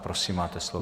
Prosím, máte slovo.